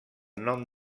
nom